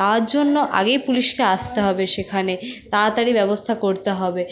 তার জন্য আগেই পুলিশকে আসতে হবে সেখানে তাড়াতাড়ি ব্যবস্থা করতে হবে